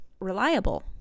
reliable